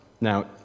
Now